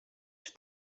czy